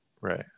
right